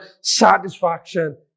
satisfaction